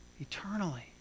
eternally